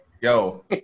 Yo